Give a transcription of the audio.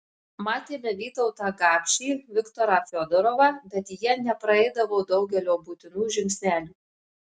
matėme vytautą gapšį viktorą fiodorovą bet jie nepraeidavo daugelio būtinų žingsnelių